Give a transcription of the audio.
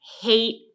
hate